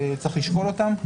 צריך לשקול אותן.